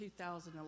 2011